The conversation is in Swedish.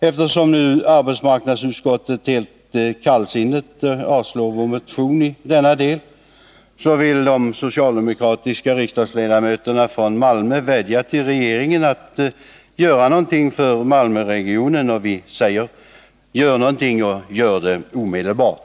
Eftersom arbetsmarknadsutskottet nu helt kallsinnigt avstyrker vår motion i denna del, vill de socialdemokratiska riksdagsledamöterna från Malmö vädja till regeringen att göra någonting för Malmöregionen, och vi säger: Gör någonting och gör det omedelbart!